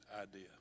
idea